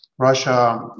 Russia